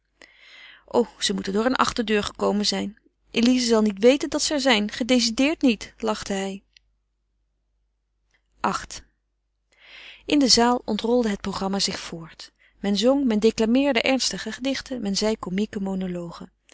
o ze moeten door een achterdeur gekomen zijn elize zal niet weten dat ze er zijn gedecideerd niet lachte hij viii in de zaal ontrolde het programma zich voort men zong men declameerde ernstige gedichten men zeide comieke monologen